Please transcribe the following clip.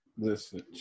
Listen